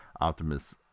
Optimus